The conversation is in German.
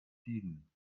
tiden